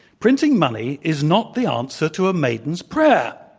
printing money is not the answer to a maiden's prayer.